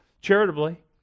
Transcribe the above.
charitably